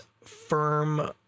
firm